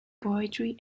poetry